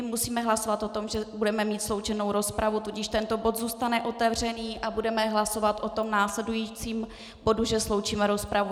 Musíme hlasovat o tom, že budeme mít sloučenou rozpravu, tudíž tento bod zůstane otevřený a budeme hlasovat o následujícím bodu, že sloučíme rozpravu.